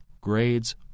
Grades